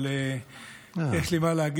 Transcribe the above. אבל יש לי מה להגיד,